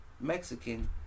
Mexican